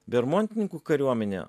bermontininkų kariuomenė